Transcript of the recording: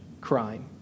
crime